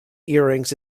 earrings